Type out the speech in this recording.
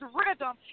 rhythm